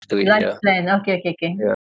life plan okay okay okay